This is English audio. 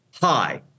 Hi